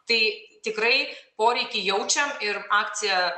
tai tikrai poreikį jaučiam ir akcija